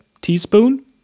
teaspoon